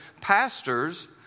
pastors